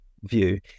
view